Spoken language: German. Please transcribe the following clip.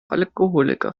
alkoholiker